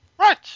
Right